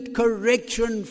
correction